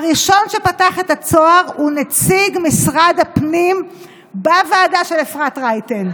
הראשון שפתח את הצוהר הוא נציג משרד הפנים בוועדה של אפרת רייטן.